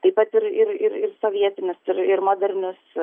taip pat ir ir ir ir sovietinius ir ir modernius